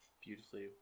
Beautifully